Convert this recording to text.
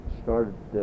started